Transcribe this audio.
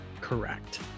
correct